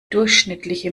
durchschnittliche